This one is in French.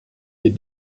est